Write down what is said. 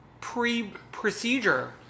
pre-procedure